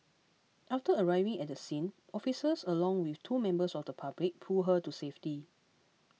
after arriving at the scene officers along with two members of the public pulled her to safety